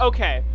Okay